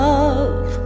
Love